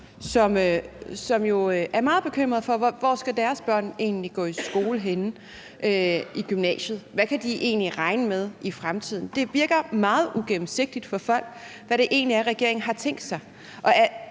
som jo er meget bekymrede for, hvor deres børn egentlig skal gå i skole henne i gymnasiet, og hvad de egentlig kan regne med i fremtiden. Det virker meget ugennemsigtigt for folk, hvad det egentlig er, regeringen har tænkt sig.